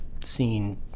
seen